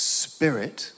spirit